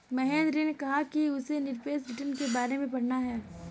महेंद्र ने कहा कि उसे निरपेक्ष रिटर्न के बारे में पढ़ना है